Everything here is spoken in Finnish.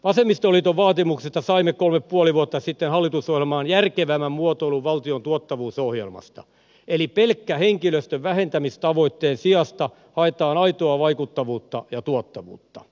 vasemmistoliiton vaatimuksesta saimme kolme ja puoli vuotta sitten hallitusohjelmaan järkevämmän muotoilun valtion tuottavuusohjelmasta eli pelkän henkilöstönvähentämistavoitteen sijasta haetaan aitoa vaikuttavuutta ja tuottavuutta